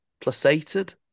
Placated